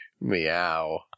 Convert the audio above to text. Meow